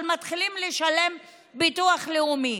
אבל מתחילים לשלם ביטוח לאומי.